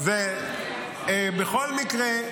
בכל מקרה,